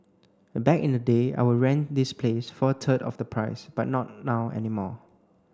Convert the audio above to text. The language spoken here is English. back in the day I would rent this place for a third of the price but not now anymore